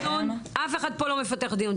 אף אחד פה לא מפתח דיון.